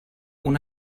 una